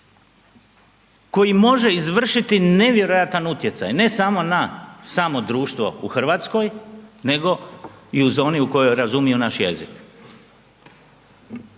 koji može izvršiti nevjerojatan utjecaj ne samo na samo društvo u Hrvatskoj nego i u zoni u kojoj razumiju naš jezik.